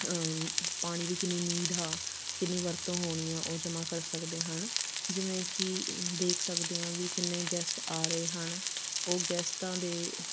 ਪਾਣੀ ਦੀ ਕਿੰਨੀ ਨੀਡ ਆ ਕਿੰਨੀ ਵਰਤੋਂ ਹੋਣੀ ਆ ਉਹ ਜਮ੍ਹਾਂ ਕਰ ਸਕਦੇ ਹਨ ਜਿਵੇਂ ਕਿ ਦੇਖ ਸਕਦੇ ਹਾਂ ਵੀ ਕਿੰਨੇ ਗੈਸਟ ਆ ਰਹੇ ਹਨ ਉਹ ਗੈਸਟਾਂ ਦੇ